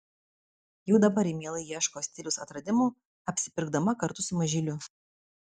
jau dabar ji mielai ieško stiliaus atradimų apsipirkdama kartu su mažyliu